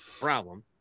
Problem